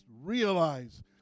realize